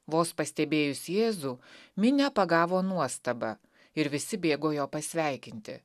vos pastebėjus jėzų minia pagavo nuostabą ir visi bėgo jo pasveikinti